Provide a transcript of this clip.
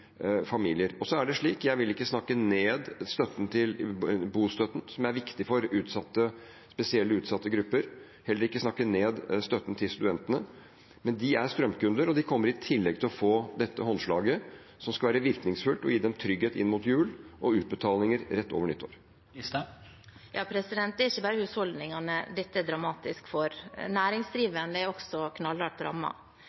familier. Jeg vil ikke snakke ned bostøtten, som er viktig for spesielt utsatte grupper, heller ikke snakke ned støtten til studentene, men de er strømkunder, og de kommer i tillegg til å få dette håndslaget, som skal være virkningsfullt og gi dem trygghet inn mot jul og utbetalinger rett over nyttår. Det blir oppfølgingsspørsmål – Sylvi Listhaug. Det er ikke bare husholdningene dette er dramatisk for.